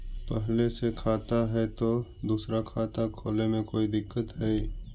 पहले से खाता है तो दूसरा खाता खोले में कोई दिक्कत है?